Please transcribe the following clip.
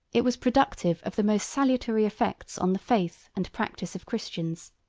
it was productive of the most salutary effects on the faith and practice of christians,